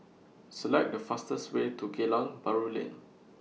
Select The fastest Way to Geylang Bahru Lane